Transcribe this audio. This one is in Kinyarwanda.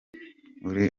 uri